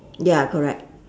ya correct